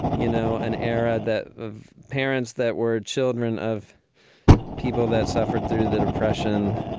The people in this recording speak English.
you know, an area that of parents that were children, of people that suffered through the depression